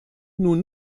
nun